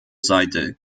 seite